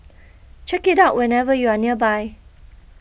check it out whenever you are nearby